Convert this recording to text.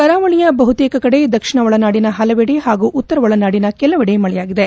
ಕರಾವಳಿಯ ಬಹುತೇಕ ಕಡೆ ದಕ್ಷಿಣ ಒಳನಾಡಿನ ಹಲವೆಡೆ ಹಾಗೂ ಉತ್ತರ ಒಳನಾಡಿನ ಕೆಲವೆಡೆ ಮಳೆಯಾಗಿದೆ